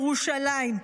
ירושלים,